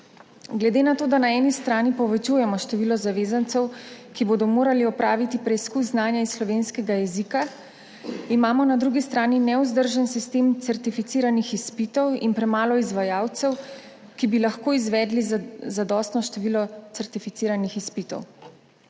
Glede na to, da na eni strani povečujemo število zavezancev, ki bodo morali opraviti preizkus znanja iz slovenskega jezika, imamo na drugi strani nevzdržen sistem certificiranih izpitov in premalo izvajalcev, ki bi lahko izvedli zadostno število certificiranih izpitov.